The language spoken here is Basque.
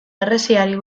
harresiari